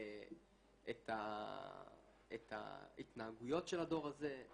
את ההתנהגויות של הדור הזה,